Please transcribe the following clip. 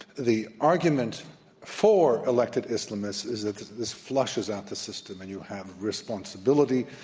the argument for elected islamists is that this flushes out the system, and you have responsibility,